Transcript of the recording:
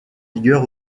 vigueur